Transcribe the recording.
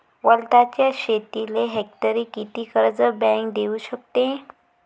वलताच्या शेतीले हेक्टरी किती कर्ज बँक देऊ शकते?